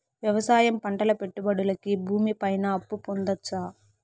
వ్యవసాయం పంటల పెట్టుబడులు కి భూమి పైన అప్పు పొందొచ్చా?